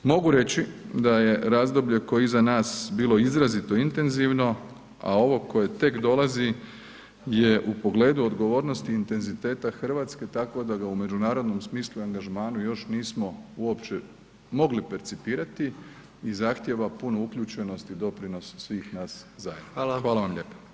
Mogu reći da je razdoblje koje je iza nas bilo izrazito intenzivno, a ovo koje tek dolazi je u pogledu odgovornosti intenziteta RH tako da ga u međunarodnom smislu i angažmanu još nismo uopće mogli percipirati i zahtjeva puno uključenosti doprinosa svih nas zajedno [[Upadica: Hvala]] Hvala vam lijepa.